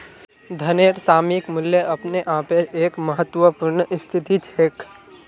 धनेर सामयिक मूल्य अपने आपेर एक महत्वपूर्ण स्थिति छेक